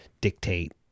dictate